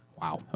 Wow